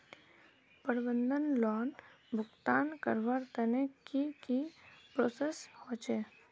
प्रबंधन लोन भुगतान करवार तने की की प्रोसेस होचे?